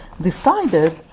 decided